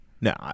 No